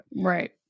Right